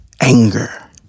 Anger